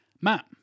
Matt